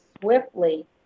swiftly